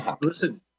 Listen